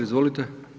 Izvolite.